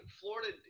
Florida